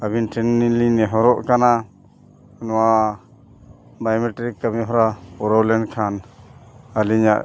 ᱟᱹᱵᱤᱱ ᱴᱷᱮᱱ ᱟᱹᱞᱤᱧᱞᱤᱧ ᱱᱮᱦᱚᱨᱚᱜ ᱠᱟᱱᱟ ᱱᱚᱣᱟ ᱵᱟᱭᱳᱢᱮᱴᱨᱤᱠ ᱠᱟᱹᱢᱤ ᱦᱚᱨᱟ ᱯᱩᱨᱟᱹᱣ ᱞᱮᱱᱠᱷᱟᱱ ᱟᱹᱞᱤᱧᱟᱹᱜ